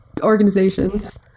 organizations